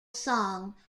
song